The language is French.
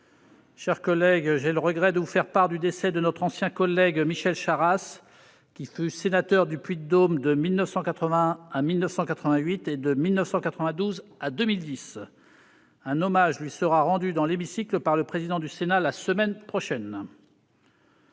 chers collègues, j'ai le regret de vous faire part du décès de notre ancien collègue Michel Charasse, qui fut sénateur du Puy-de-Dôme de 1981 à 1988 et de 1992 à 2010. Un hommage lui sera rendu dans l'hémicycle par le président du Sénat la semaine prochaine.